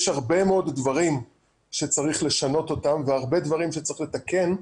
הרבה מאוד דברים שצריך לשנות אותם והרבה דברים שצריך לתקן.